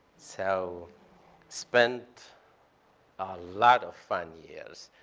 so spent a lot of fun years.